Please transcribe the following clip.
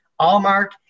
Allmark